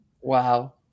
wow